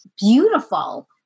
Beautiful